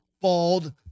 bald